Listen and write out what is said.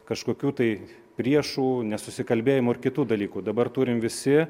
kažkokių tai priešų nesusikalbėjimų ir kitų dalykų dabar turim visi